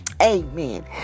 Amen